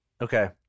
Okay